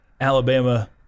Alabama